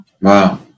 wow